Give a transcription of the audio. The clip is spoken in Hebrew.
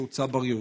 שהוא צבר יהודי.